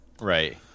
Right